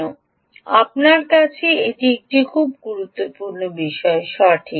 কারণ আপনার কাছে এটি একটি গুরুত্বপূর্ণ বিষয় সঠিক